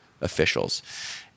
officials